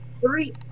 three